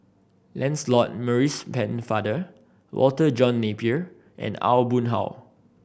Lancelot Maurice Pennefather Walter John Napier and Aw Boon Haw